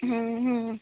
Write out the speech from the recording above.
हं हं